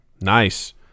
nice